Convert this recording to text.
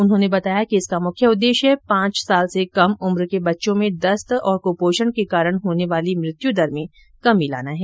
उन्होंने बताया कि पुखवाडा आयोजित करने का मुख्य उददेश्य पांच वर्ष से कम उम्र के बच्चों में दस्त तथा कुपोषण के कारण होने वाली मृत्यु दर में कमी लाना है